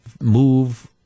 move